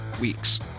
weeks